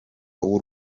w’u